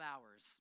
hours